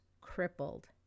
crippled